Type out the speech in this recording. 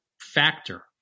factor